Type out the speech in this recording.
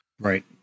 Right